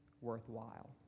worthwhile